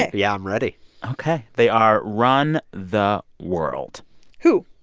yeah, i'm ready ok. they are run the world who?